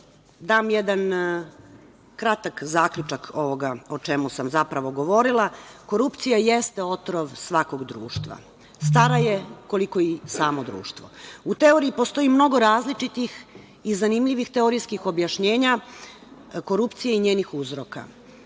dam jedan kratak zaključak ovoga o čemu sam zapravo govorila. Korupcija jeste otrov svakog društva. Stara je koliko je i samo društvo. U teoriji postoji mnogo različitih i zanimljivih teorijskih objašnjenja korupcije i njenih uzroka.